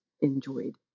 enjoyed